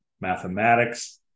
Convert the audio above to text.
mathematics